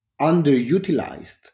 underutilized